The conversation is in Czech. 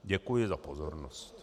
Děkuji za pozornost.